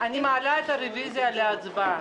אני מעלה את הרוויזיה להצבעה.